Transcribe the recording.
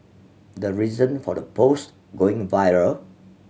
the reason for the post going viral